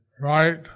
right